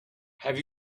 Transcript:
have